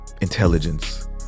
intelligence